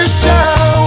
show